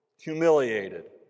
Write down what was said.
humiliated